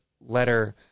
letter